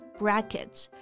brackets